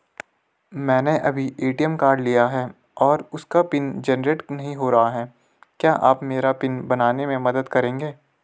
मैंने अभी ATM card लिया है और उसका पिन जेनरेट नहीं हो रहा है क्या आप मेरा पिन बनाने में मदद करेंगे?